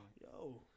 Yo